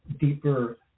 deeper